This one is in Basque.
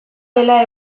dela